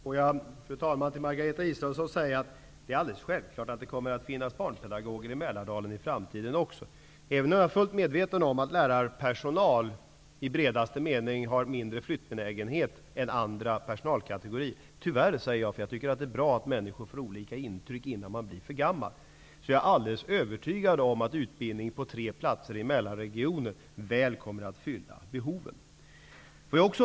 Fru talman! Det är alldeles självklart, Margareta Israelsson, att det kommer att finnas barnpedagoger i Mälardalen också i framtiden. Men jag är fullt medveten om att lärarpersonal i bredaste mening har mindre flyttbenägenhet än andra personalkategorier -- tyvärr, måste jag säga, för jag tycker att det är bra att människor får olika intryck innan de blir för gamla. Jag är alldeles övertygad om att utbildning på tre platser i Mälarregionen väl kommer att fylla behovet.